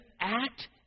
act